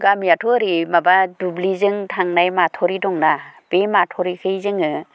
गामियाथ' ओरै माबा दुब्लिजों थांनाय माथरि दंना बे माथरिखै जोङो